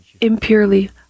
impurely